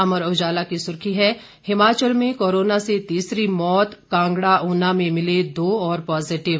अमर उजाला की सुर्खी है हिमाचल में कोरोना से तीसरी मौत कांगड़ा ऊना में मिले दो और पॉजिटिव